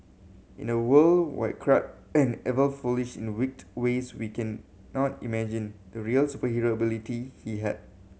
in a world where crime and evil flourished in a wicked ways we cannot imagine the real superhero ability he had